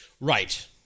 Right